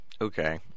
Okay